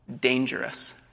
dangerous